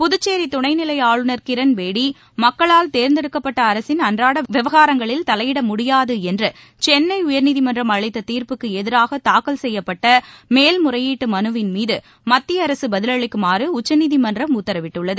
புதுச்சேரி துணைநிலை ஆளுநர் கிரண்பேடி மக்களால் தேர்ந்தெடுக்கப்பட்ட அரசின் அன்றாட விவகாரங்களில் தலையிட முடியாது என்று சென்னை உயர்நீதிமன்றம் அளித்த தீர்ப்புக்கு எதிராக தாக்கல் செய்யப்பட்ட மேல் முறையீட்டு மனுவின் மீது மத்திய அரசு பதிலளிக்குமாறு உச்சநீதிமன்றம் உத்தரவிட்டுள்ளது